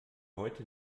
heute